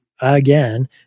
again